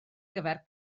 gyfer